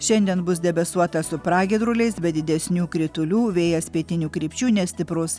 šiandien bus debesuota su pragiedruliais be didesnių kritulių vėjas pietinių krypčių nestiprus